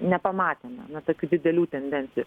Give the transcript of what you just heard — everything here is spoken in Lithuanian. nepamatėme na tokių didelių tendencijų